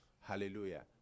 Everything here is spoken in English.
Hallelujah